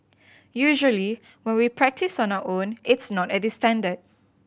usually when we practise on our own it's not at this standard